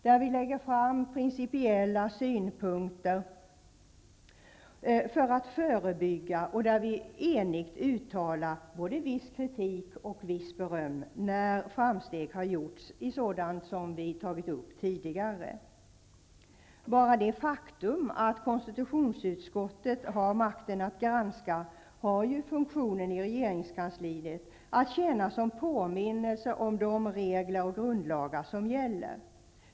Där framkommer principiella synpunkter i förebyggande syfte, och utskottet uttalar enigt både viss kritik och visst beröm -- när framsteg har gjorts i ärenden som utskottet behandlat tidigare. Bara det faktum att konstitutionsutskottet har makten att granska regeringskansliet har tjänat som påminnelse om de regler och grundlagar som gäller.